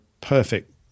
perfect